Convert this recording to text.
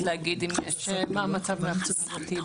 בין אם באמצעות משרד הבריאות,